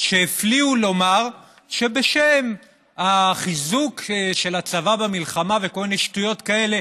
שהפליאו לומר שבשם החיזוק של הצבא במלחמה וכל מיני שטויות כאלה,